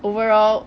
overall